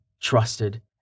trusted